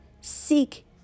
Seek